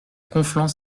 conflans